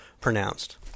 pronounced